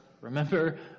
Remember